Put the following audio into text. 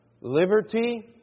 liberty